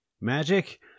Magic